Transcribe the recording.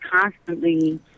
constantly